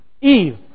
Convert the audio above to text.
Eve